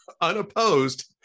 unopposed